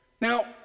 now